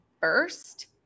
first